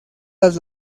las